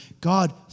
God